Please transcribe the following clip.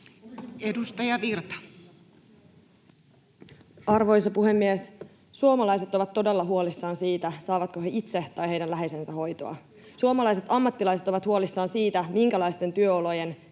Content: Arvoisa puhemies! Suomalaiset ovat todella huolissaan siitä, saavatko he itse tai heidän läheisensä hoitoa. Suomalaiset ammattilaiset ovat huolissaan siitä, minkälaisten työolojen